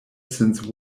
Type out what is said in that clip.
since